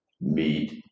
meat